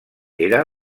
era